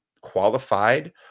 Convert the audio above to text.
qualified